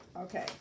Okay